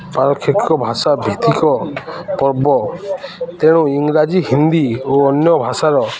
ପାରକ୍ଷକ ଭାଷା ଭିତ୍ତିକ ପର୍ବ ତେଣୁ ଇଂରାଜୀ ହିନ୍ଦୀ ଓ ଅନ୍ୟ ଭାଷାର